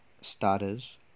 starters